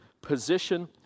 position